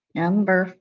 number